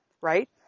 right